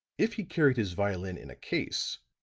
if he carried his violin in a case,